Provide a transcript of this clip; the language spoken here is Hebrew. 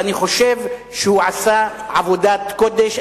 ואני חושב שהוא עשה עבודת קודש.